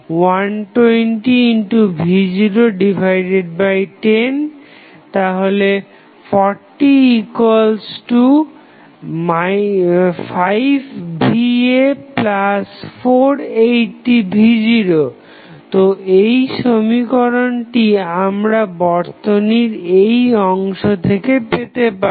node a তে 1va40va120v010⇒405va480v0 তো এই সমীকরণটি আমরা বর্তনীর এই অংশ থেকে পেতে পারি